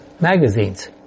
magazines